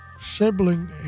sibling